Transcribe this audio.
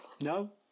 no